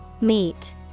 Meet